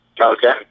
Okay